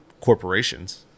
corporations